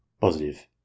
Positive